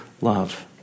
love